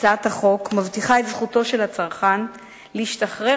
הצעת החוק מבטיחה את זכותו של הצרכן להשתחרר